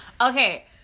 Okay